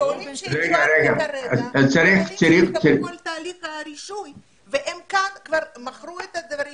עולים שמגיעים עוברים את תהליך הרישוי והם כבר מכרו את הדברים